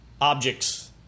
objects